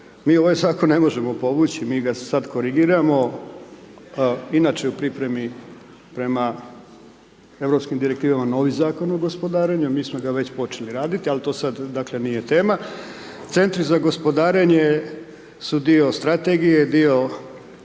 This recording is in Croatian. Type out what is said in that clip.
mi ovaj zakon ne možemo povući, mi ga sada korigiramo. Inače je u pripremi prema europskim direktivama novi Zakon o gospodarenju a mi smo ga već počeli raditi ali to sad dakle nije tema. Centri za gospodarenje su dio strategije, dio